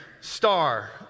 Star